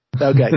Okay